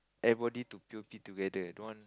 everybody to p_o_p together don't want